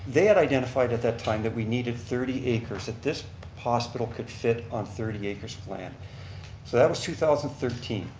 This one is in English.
they had identified at that time that we needed thirty acres, that this hospital could fit on thirty acres of land. so that was two thousand and thirteen.